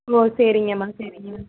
ஓ சரிங்கம்மா சரிங்கம்மா